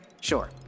Sure